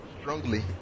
strongly